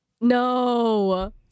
No